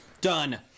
Done